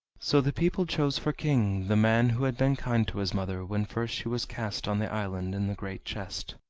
so the people chose for king the man who had been kind to his mother when first she was cast on the island in the great chest.